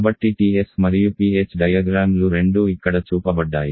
కాబట్టి Ts మరియు Ph రేఖాచిత్రం లు రెండూ ఇక్కడ చూపబడ్డాయి